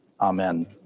Amen